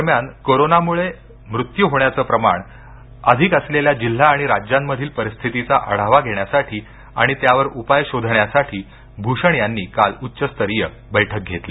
दरम्यान कोरोनामूळं मृत्यू होण्याचं प्रमाण अधिक असलेल्या जिल्हा आणि राज्यांमधील परिस्थितीचा आढावा घेण्यासाठी आणि त्यावर उपाय शोधण्यासाठी भूषण यांनी काल उच्च स्तरीय बैठक घेतली